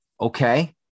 Okay